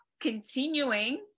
continuing